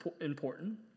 important